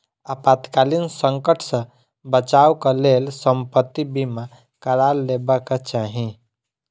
आपातकालीन संकट सॅ बचावक लेल संपत्ति बीमा करा लेबाक चाही